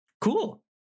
cool